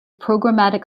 programmatic